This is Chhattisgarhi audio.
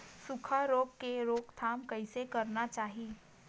सुखा रोग के रोकथाम कइसे करना चाही?